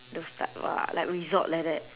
those type ah like resort like that